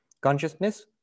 consciousness